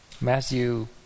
Matthew